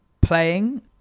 playing